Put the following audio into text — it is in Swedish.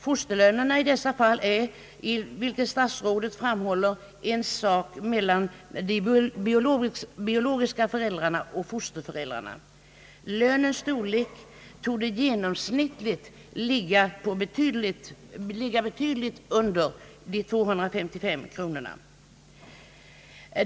Fosterlönerna i dessa fall är, vilket statsrådet framhåller, en sak mellan de biologiska föräldrarna och fosterföräldrarna. Lönens storlek torde genomsnittligt ligga betydligt under de 255 kronorna.